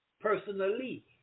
Personally